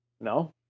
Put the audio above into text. No